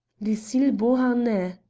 lucille beauharnais.